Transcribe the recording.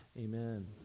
Amen